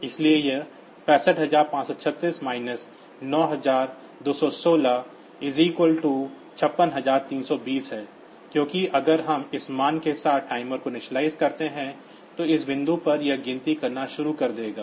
इसलिए यह 65536 माइनस 9216 56320 है क्योंकि अगर हम इस मान के साथ टाइमर को इनिशियलाइज़ करते हैं तो इस बिंदु पर यह गिनती करना शुरू कर देगा